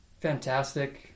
fantastic